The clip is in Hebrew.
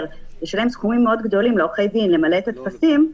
לשלם סכומים מאוד גדולים לעורכי דין למלא את הטפסים,